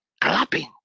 clapping